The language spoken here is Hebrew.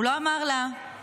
הוא לא אמר לה משפט,